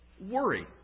Worry